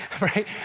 right